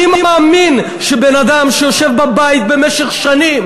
אני מאמין שבן-אדם שיושב בבית במשך שנים,